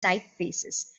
typefaces